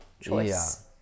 choice